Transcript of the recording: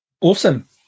Awesome